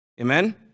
Amen